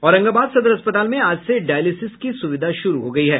औरंगाबाद सदर अस्पताल में आज से डायलिसिस की सुविधा शुरू हो गयी है